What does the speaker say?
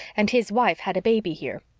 and his wife had a baby here.